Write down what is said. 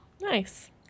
nice